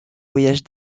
voyages